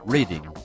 Reading